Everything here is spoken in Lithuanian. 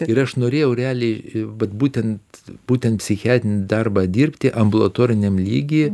ir aš norėjau realiai vat būtent būtent psichiatrinį darbą dirbti ambulatoriniam lygy